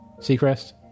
Seacrest